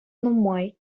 нумай